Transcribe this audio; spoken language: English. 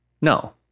no